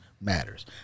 matters